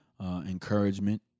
encouragement